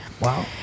wow